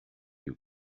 you